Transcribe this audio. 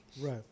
Right